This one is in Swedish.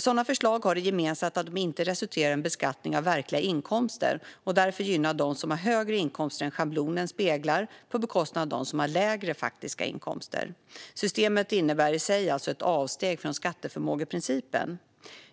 Sådana förslag har det gemensamt att de inte resulterar i en beskattning av verkliga inkomster och därför gynnar dem som har högre inkomster än schablonen speglar på bekostnad av dem som har lägre faktiska inkomster. Systemet innebär i sig alltså ett avsteg från skatteförmågeprincipen.